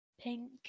Pink